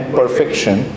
perfection